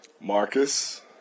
marcus